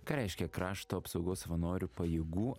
ką reiškia krašto apsaugos savanorių pajėgų